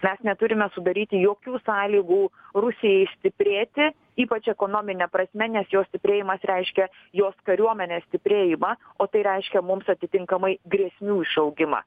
mes neturime sudaryti jokių sąlygų rusijai stiprėti ypač ekonomine prasme nes jos stiprėjimas reiškia jos kariuomenės stiprėjimą o tai reiškia mums atitinkamai grėsmių išaugimą